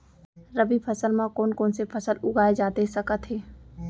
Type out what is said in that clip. रबि फसल म कोन कोन से फसल उगाए जाथे सकत हे?